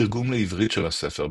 תרגום לעברית של הספר,